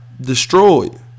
destroyed